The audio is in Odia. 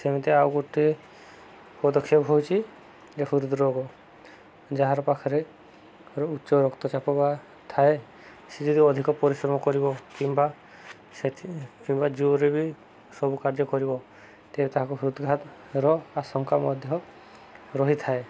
ସେମିତି ଆଉ ଗୋଟେ ପଦକ୍ଷେପ ହେଉଛି ଯେ ହୃଦରୋଗ ଯାହାର ପାଖରେ ଉଚ୍ଚ ରକ୍ତଚାପ ବା ଥାଏ ସେ ଯଦି ଅଧିକ ପରିଶ୍ରମ କରିବ କିମ୍ବା କିମ୍ବା ଜୋରେ ବି ସବୁ କାର୍ଯ୍ୟ କରିବ ତ ତାହାକୁ ହୃଦଘାତର ଆଶଙ୍କା ମଧ୍ୟ ରହିଥାଏ